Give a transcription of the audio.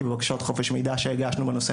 כי בבקשות חופש מידע שהגשנו בנושא,